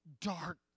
dark